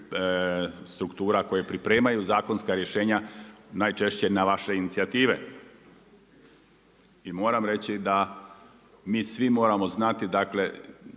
struktura koje pripremaju zakonska rješenja najčešće na vaše inicijative. I moram reći da mi svi moramo znati, dakle